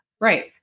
Right